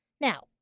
now